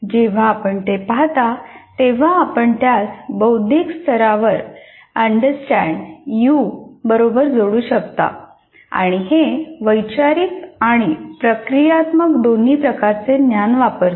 जेव्हा आपण ते पाहता तेव्हा आपण त्यास बौद्धिक स्तरावर अंडरस्टँड यू बरोबर जोडू शकता आणि हे वैचारिक आणि प्रक्रियात्मक दोन्ही प्रकारचे ज्ञान वापरते